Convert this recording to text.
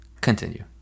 Continue